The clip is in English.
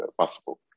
possible